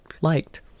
liked